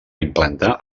implantar